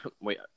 Wait